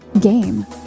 game